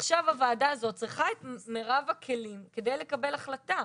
עכשיו הוועדה הזאת צריכה את מירב הכלים כדי לקבל החלטה.